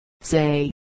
say